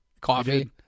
coffee